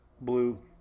blue